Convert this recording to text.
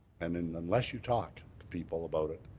and and unless you talk to people about it,